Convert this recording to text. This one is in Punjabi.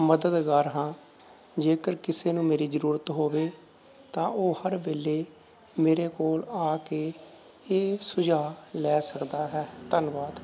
ਮਦਦਗਾਰ ਹਾਂ ਜੇਕਰ ਕਿਸੇ ਨੂੰ ਮੇਰੀ ਜ਼ਰੂਰਤ ਹੋਵੇ ਤਾਂ ਉਹ ਹਰ ਵੇਲੇ ਮੇਰੇ ਕੋਲ ਆ ਕੇ ਇਹ ਸੁਝਾਅ ਲੈ ਸਕਦਾ ਹੈ ਧੰਨਵਾਦ